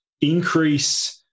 increase